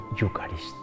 Eucharist